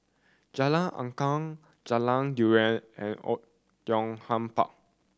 Jalan Angklong Jalan Durian and Oei Tiong Ham Park